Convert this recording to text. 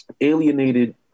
alienated